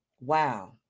Wow